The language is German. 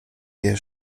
der